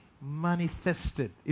manifested